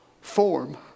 form